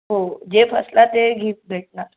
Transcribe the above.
हो जे फस्तला ते गिफ्ट भेटणार